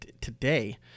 today